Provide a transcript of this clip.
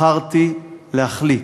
בחרתי להחליט,